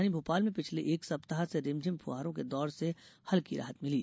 राजधानी भोपाल में पिछले एक सप्ताह से रिमझिम फुहारों के दौर से कल हल्की राहत मिली